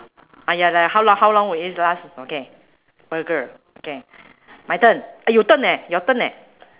ah ya lah how long how long will it last okay burger okay my turn eh your turn eh your turn eh